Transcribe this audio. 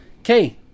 Okay